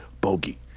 bogey